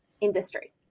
industry